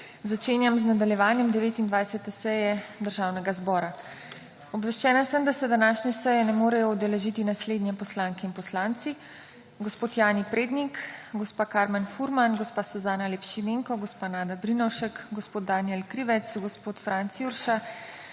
Začenjam nadaljevanje 29. seje Državnega zbora. Obveščena sem, da se današnje seje ne morejo udeležiti naslednji poslanke in poslanci: Jani Prednik, Karmen Furman, Suzana Lep Šimenko, Nada Brinovšek, Danijel Krivec, Franc Jurša,